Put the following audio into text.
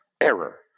Error